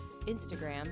Instagram